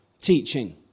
teaching